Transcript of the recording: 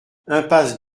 impasse